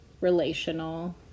relational